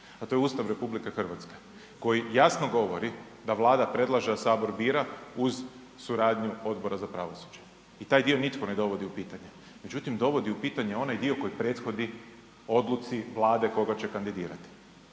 a to je Ustav RH, koji jasno govori da Vlada predlaže, a Sabor bira uz suradnju Odbora za pravosuđe i taj dio nitko ne dovodi u pitanje. Međutim, dovodi u pitanje onaj dio koji prethodi odluci Vlade koga će kandidirati.